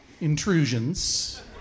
intrusions